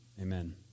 Amen